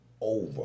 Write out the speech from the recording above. over